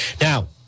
Now